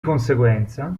conseguenza